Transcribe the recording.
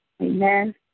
Amen